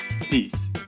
Peace